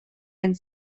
and